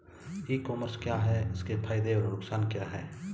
ई commerce क्या है इसके फायदे और नुकसान क्या है?